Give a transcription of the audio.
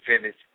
finish